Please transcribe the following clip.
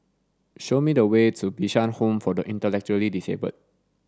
show me the way to Bishan Home for the Intellectually Disabled